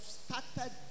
started